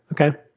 okay